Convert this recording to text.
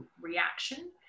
reaction